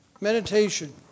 Meditation